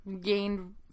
gained